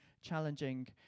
challenging